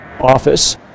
office